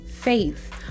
faith